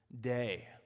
day